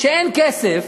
שאין כסף,